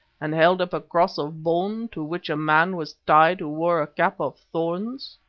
and held up a cross of bone to which a man was tied who wore a cap of thorns?